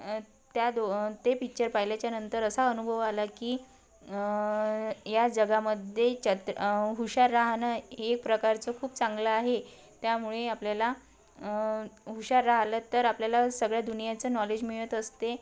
त्या दो ते पिच्चर पाहिल्याच्यानंतर असा अनुभव आला की या जगामध्ये चत्र हुशार राहणं हे एक प्रकारचं खूप चांगलं आहे त्यामुळे आपल्याला हुशार राहिलं तर आपल्याला सगळ्या दुनियेचं नॉलेज मिळत असते